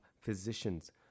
Physicians